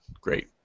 great